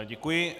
Děkuji.